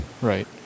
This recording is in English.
right